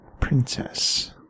Princess